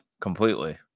completely